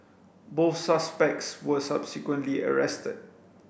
both suspects were subsequently arrested